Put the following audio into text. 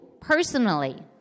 personally